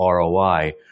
ROI